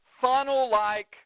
funnel-like